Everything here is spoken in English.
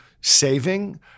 saving